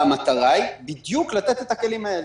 לתת בדיוק את הכלים האלה.